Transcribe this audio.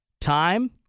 time